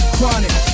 chronic